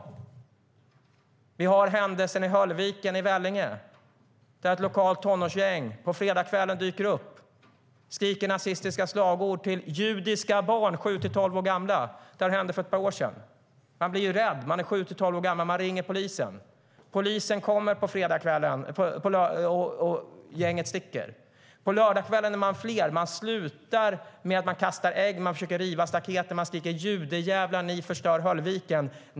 Vi har till exempel händelsen i Höllviken i Vellinge där ett lokalt tonårsgäng på fredagskvällen dyker upp och skriker nationalistiska slagord till judiska barn i åldrarna sju till tolv år. Det här hände för några år sedan. Man blir rädd - barnen är sju till tolv år gamla - och ringer polisen. Polisen kommer och gänget sticker. På lördagskvällen kommer de tillbaka och är fler. Det slutar med att man kastar ägg och försöker riva staket, och man skriker: Judejävlar, ni förstör Höllviken!